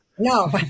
No